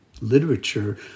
literature